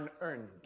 unearned